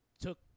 took